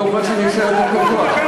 אתה אומר שאני אשאר כאן קבוע?